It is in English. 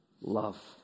love